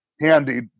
handy